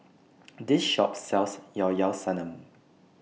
This Shop sells Llao Llao Sanum